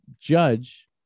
judge